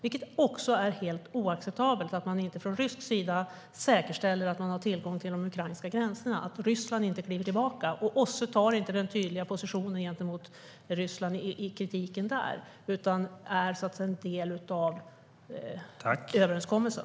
Det är helt oacceptabelt att man från rysk sida inte säkerställer att Ukraina har tillgång till sina gränser och att Ryssland inte kliver tillbaka. OSSE intar inte en tydlig position gentemot Ryssland i kritiken utan är så att säga en del av överenskommelsen.